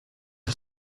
ist